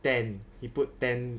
ten he put ten